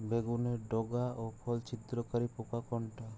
বেগুনের ডগা ও ফল ছিদ্রকারী পোকা কোনটা?